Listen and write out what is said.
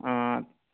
ᱟᱨ